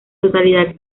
totalidad